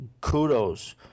kudos